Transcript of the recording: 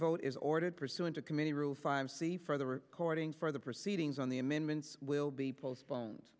vote is ordered pursuant to committee rule five c for the recording for the proceedings on the amendments will be postpone